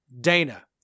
Dana